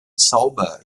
zauber